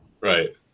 Right